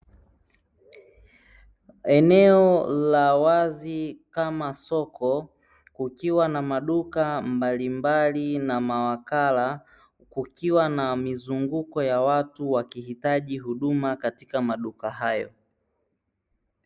Eneo la wazi kama soko, kukiwa na maduka mbalimbali na mawakala kukiwa na mizunguko ya watu wakihitaji huduma katika maduka hayo.